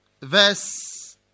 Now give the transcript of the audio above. verse